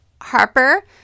Harper